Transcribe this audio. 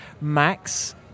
Max